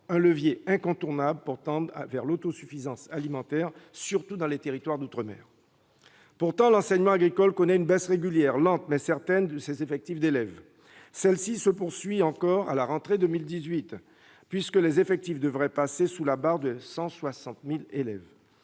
un levier incontournable pour tendre vers l'autosuffisance alimentaire, surtout dans les territoires d'outre-mer. Pourtant, l'enseignement agricole connaît une baisse régulière, lente mais certaine, de ses effectifs d'élèves. Celle-ci se poursuit encore à la rentrée de 2018, puisque les effectifs devraient passer sous la barre des 160 000 élèves.